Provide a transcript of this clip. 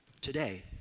Today